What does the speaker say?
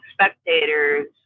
spectators